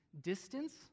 distance